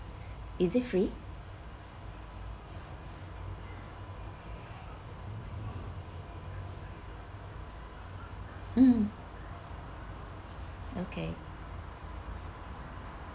is it free mm okay